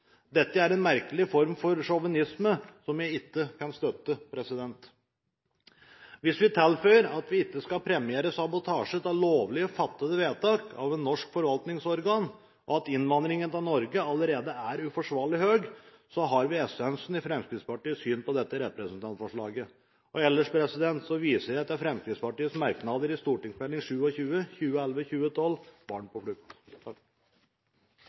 Dette er en merkelig form for sjåvinisme som jeg ikke kan støtte. Hvis vi tilføyer at vi ikke skal premiere sabotasje av lovlig fattede vedtak av et norsk forvaltningsorgan, og at innvandringen til Norge allerede er uforsvarlig høy, har vi essensen i Fremskrittspartiets syn på dette representantforslaget. Ellers viser jeg til Fremskrittspartiets merknader i Meld. St. 27 for 2011–2012 Barn på flukt.